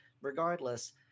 regardless